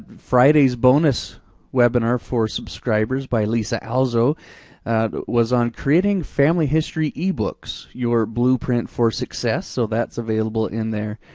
friday's bonus webinar for subscribers by lisa alzo was on creating family history ebooks. your blueprint for success, so that's available in there.